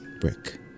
Brick